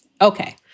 Okay